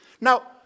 now